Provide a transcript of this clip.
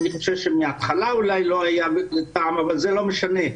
אני חושב שמהתחלה אולי לא היה טעם אבל זה לא משנה.